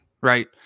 right